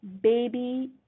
baby